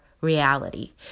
reality